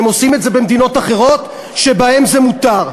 והם עושים במדינות אחרות שבהן זה מותר,